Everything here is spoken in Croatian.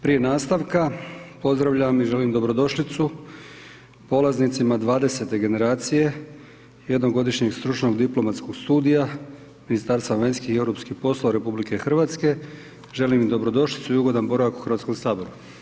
Prije nastavka pozdravljam i želim dobrodošlicu polaznicima 20-te generacije jednogodišnjeg stručnog diplomatskog studija Ministarstva vanjskih i europskih poslova RH, želim dobrodošlicu i ugodan boravak u Hrvatskom saboru.